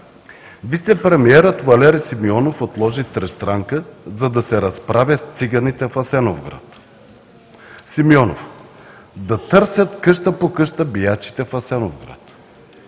„Вицепремиерът Валери Симеонов отложи тристранка, за да се разправя с циганите в Асеновград“, Симеонов: „Да търсят къща по къща биячите в Асеновград“.